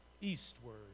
eastward